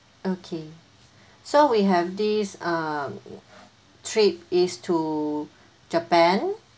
okay so we have this uh trip it's to japan